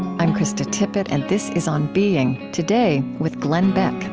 i'm krista tippett, and this is on being. today, with glenn beck